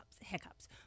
hiccups